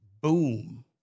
Boom